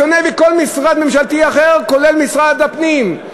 בשונה מכל משרד ממשלתי אחר, כולל משרד הפנים,